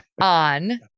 on